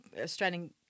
Australian